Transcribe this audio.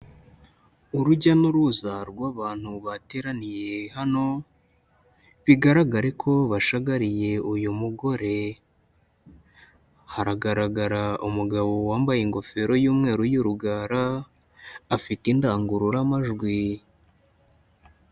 Urujya n'uruza rw'abantu bateraniye hano, bigaragare ko bashagariye uyu mugore. Haragaragara umugabo wambaye ingofero y'umweru y'urugara, afite indangururamajwi.